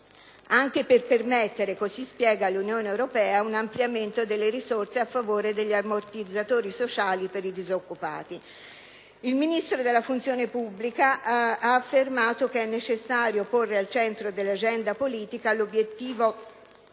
anche per permettere - così spiega l'Unione europea - un ampliamento delle risorse a favore degli ammortizzatori sociali per i disoccupati. Il Ministro della funzione pubblica ha affermato che «è necessario porre al centro dell'agenda politica l'obiettivo